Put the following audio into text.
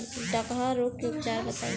डकहा रोग के उपचार बताई?